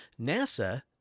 NASA